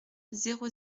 zéro